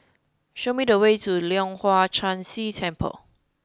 show me the way to Leong Hwa Chan Si Temple